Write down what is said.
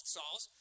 Sauls